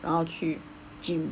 然后去 gym